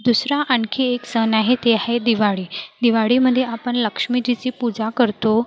दुसरा आणखी एक सण आहे ते आहे दिवाळी दिवाळीमध्ये आपण लक्ष्मीजीची पूजा करतो